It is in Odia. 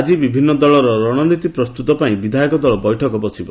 ଆଜି ବିଭିନୁ ଦଳର ରଣନୀତି ପ୍ରସ୍ତୁତ ପାଇଁ ବିଧାୟକ ଦଳ ବୈଠକ ବସିବ